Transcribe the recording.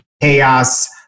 chaos